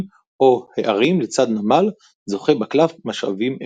או הערים לצד נמל זוכה בקלף משאבים אחד.